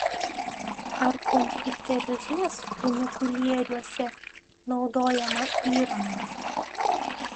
ar kompiuterizuos funikulieriuose naudojamą įrangą